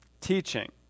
Teaching